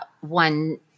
one